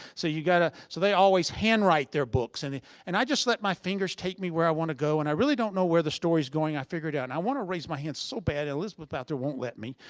so you gotta. so they always hand write their books and and i just let my fingers take me where i want to go and i really don't know where the story's going i figured out, and i want to raise my hand so bad and elizabeth out there won't let me.